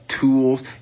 tools